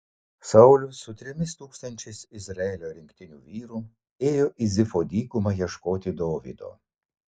saulius su trimis tūkstančiais izraelio rinktinių vyrų ėjo į zifo dykumą ieškoti dovydo